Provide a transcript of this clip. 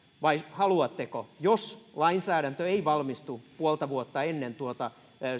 vai haluatteko jos lainsäädäntö ei valmistu puolta vuotta ennen tuota